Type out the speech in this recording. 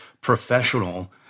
professional